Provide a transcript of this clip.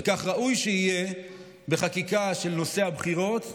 וכך ראוי שיהיה בחקיקה על נושא הבחירות,